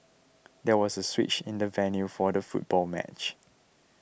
there was a switch in the venue for the football match